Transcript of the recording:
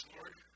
Lord